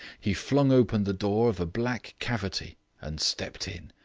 he flung open the door of a black cavity and stepped in,